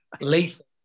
Lethal